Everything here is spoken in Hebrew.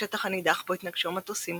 השטח הנידח בו התנגשו המטוסים